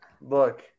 Look